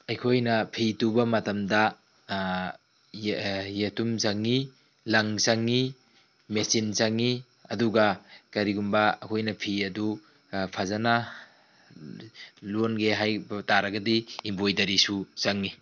ꯑꯩꯈꯣꯏꯅ ꯐꯤ ꯇꯨꯕ ꯃꯇꯝꯗ ꯌꯦꯇꯨꯝ ꯆꯪꯏ ꯂꯪ ꯆꯪꯏ ꯃꯦꯆꯤꯅ ꯆꯪꯏ ꯑꯗꯨꯒ ꯃꯔꯤꯒꯨꯝꯕ ꯑꯩꯈꯣꯏꯅ ꯐꯤ ꯑꯗꯨꯅ ꯐꯖꯅ ꯂꯣꯟꯒꯦ ꯍꯥꯏꯕ ꯇꯥꯔꯒꯗꯤ ꯏꯝꯕꯣꯏꯗꯔꯤꯁꯨ ꯆꯪꯏ